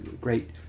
great